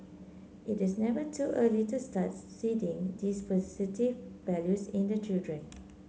it is never too early to start seeding these positive values in the children